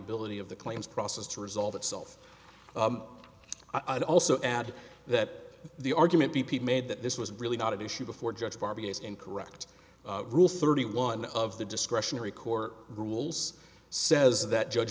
ability of the claims process to resolve itself i also add that the argument b p made that this was really not an issue before judge barbie is incorrect rule thirty one of the discretionary court rules says that judge